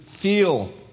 feel